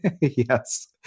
yes